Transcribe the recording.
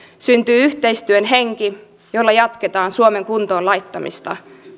syntyy yhteistyön henki jolla jatketaan suomen kuntoon laittamista